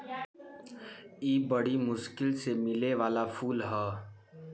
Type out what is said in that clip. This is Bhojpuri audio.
इ बरी मुश्किल से मिले वाला फूल ह